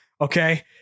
Okay